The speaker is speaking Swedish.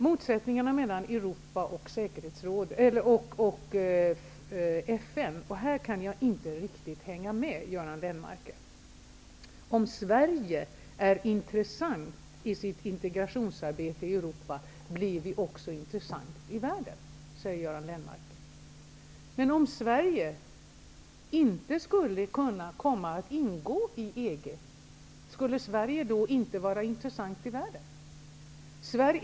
Jag kan inte riktigt hänga med Göran Lennmarker i det han sade om motsättningarna mellan Europa och FN. Han säger att vi i Sverige, om vi är intressanta i vårt integrationsarbete i Europa, också blir intressanta i världen. Men skulle inte Sverige vara intressant i världen om det inte skulle komma att ingå i EG?